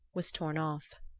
was torn off.